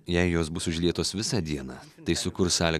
jei jos bus užlietos visą dieną tai sukurs sąlygas